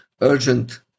urgent